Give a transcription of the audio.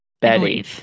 Betty